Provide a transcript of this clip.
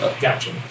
Gotcha